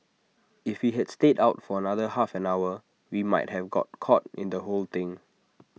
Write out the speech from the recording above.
if we had stayed out for another half an hour we might have got caught in the whole thing